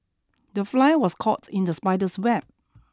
the fly was caught in the spider's web